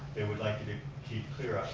they would like you to keep clear.